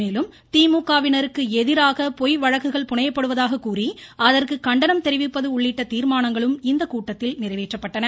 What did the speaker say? மேலும் திமுகவினருக்கு எதிராக பொய் வழக்குகள் புனையப்படுவதாக கூறி அதற்கு கண்டனம் தெரிவிப்பது உள்ளிட்ட தீர்மானங்களும் இந்த கூட்டத்தில் நிறைவேற்றப்பட்டன